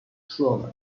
shulman